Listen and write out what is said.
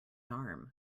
arm